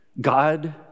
God